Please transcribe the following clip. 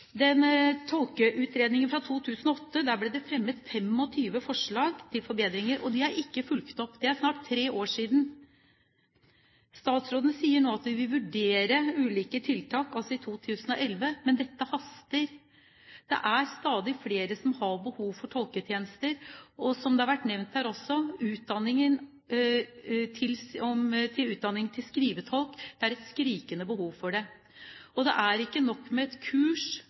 Tolkeutredningen fra 2008 ble det fremmet 25 forslag til forbedringer, og de er ikke fulgt opp. Det er snart tre år siden. Statsråden sier nå at de vil vurdere ulike tiltak i 2011, men dette haster! Det er stadig flere som har behov for tolketjenester. Det har vært nevnt utdanningen til skrivetolk – det er det et skrikende behov for. Det er ikke nok med et kurs